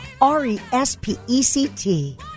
R-E-S-P-E-C-T